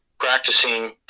practicing